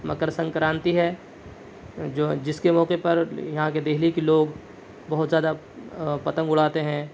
مکر سنکرانتی ہے جو جس کے موقع پر یہاں کے دہلی کے لوگ بہت زیادہ پتنگ اڑاتے ہیں